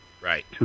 Right